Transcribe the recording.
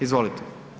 Izvolite.